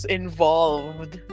involved